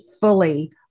fully